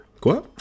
Quoi